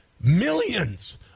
millions